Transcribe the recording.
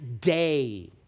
day